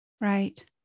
Right